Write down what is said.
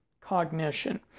cognition